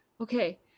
okay